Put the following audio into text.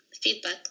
feedback